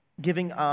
giving